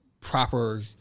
proper